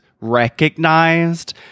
recognized